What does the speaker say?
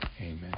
Amen